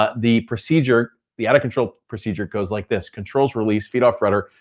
ah the procedure, the out-of-control procedure goes like this. controls release, feet off rudder,